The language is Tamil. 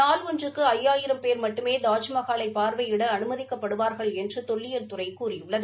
நாள் ஒன்றுக்கு ஐயாயிரம் பேர் மட்டுமே தாஜ்மகாலை பார்வையிட அனுமதிக்கப்படுவார்கள் என்று தொல்லியில் துறை கூறியுள்ளது